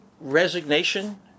resignation